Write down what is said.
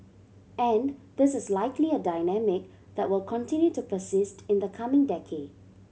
and this is likely a dynamic that will continue to persist in the coming decade